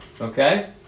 Okay